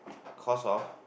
cause of